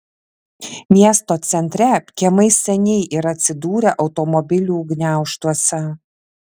miesto centre kiemai seniai yra atsidūrę automobilių gniaužtuose